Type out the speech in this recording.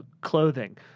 clothing